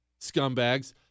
scumbags